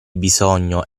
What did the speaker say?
bisogno